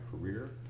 career